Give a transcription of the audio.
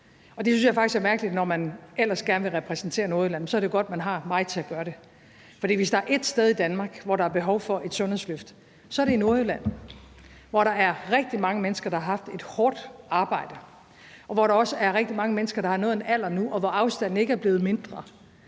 det synes jeg faktisk er mærkeligt, når man ellers gerne vil repræsentere Nordjylland. Så er det jo godt, at man har mig til at gøre det. For hvis der er ét sted i Danmark, hvor der er behov for et sundhedsløft, er det i Nordjylland, hvor der er rigtig mange mennesker, der har haft et hårdt arbejde, og hvor der også er rigtig mange mennesker, der har nået en vis alder nu – og hvor afstandene ikke er blevet mindre